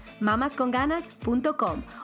mamasconganas.com